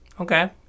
Okay